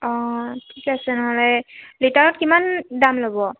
অঁ ঠিক আছে নহ'লে লিটাৰত কিমান দাম ল'ব